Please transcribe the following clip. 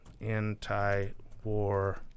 anti-war